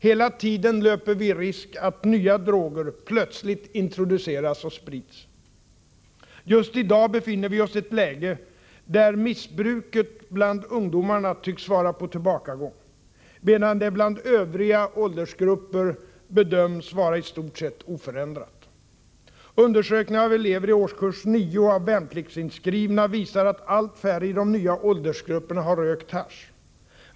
Hela tiden löper vi risk att nya droger plötsligt introduceras och sprids. Just i dag befinner vi oss i ett läge där missbruket bland ungdomarna tycks vara på tillbakagång, medan det bland övriga åldersgrupper bedöms vara i stort sett oförändrat. Undersökningar av elever i årskurs 9 och av värnpliktsinskrivna visar att allt färre i de nya åldersgrupperna har rökt hasch.